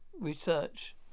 research